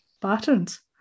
patterns